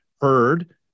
heard